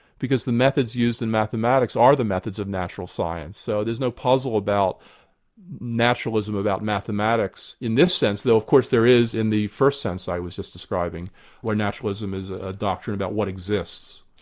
because the methods used in mathematics are the methods of natural science, so there's no puzzle about naturalism about mathematics in this sense, though of course there is in the first sense i was just describing where naturalism is a doctrine about what exists.